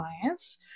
clients